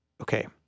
Okay